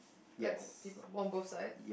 like people on both sides